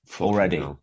Already